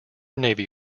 navy